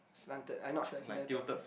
slanted I not sure he never tell me